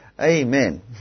Amen